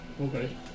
Okay